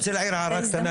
אני רוצה להעיר הערה קטנה.